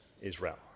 Israel